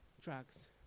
drugs